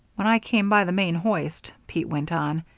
when i came by the main hoist, pete went on,